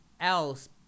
else